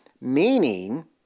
Meaning